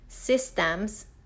systems